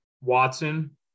Watson